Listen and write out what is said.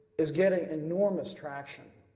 is getting enormous traction.